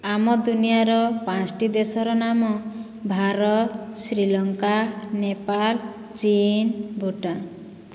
ଆମ ଦୁନିଆର ପାଞ୍ଚୋଟି ଦେଶର ନାମ ଭାରତ ଶ୍ରୀଲଙ୍କା ନେପାଳ ଚିନ୍ ଭୁଟାନ